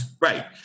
Right